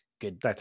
Good